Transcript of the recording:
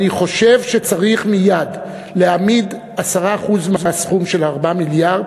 אני חושב שצריך מייד להעמיד 10% מהסכום של 4 מיליארד